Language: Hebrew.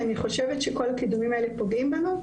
אני חושבת שכל הקידומים האלה פוגעים בנו.